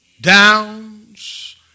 downs